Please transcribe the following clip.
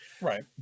right